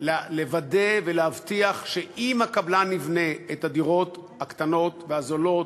לוודא ולהבטיח שאם הקבלן יבנה את הדירות הקטנות והזולות,